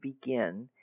begin